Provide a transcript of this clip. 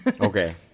Okay